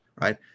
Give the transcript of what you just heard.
right